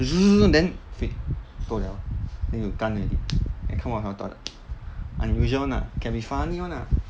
then finish 够了 lor then you 干 already and come out of the toilet unusual [one] lah can be funny [one] lah